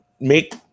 make